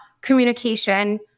communication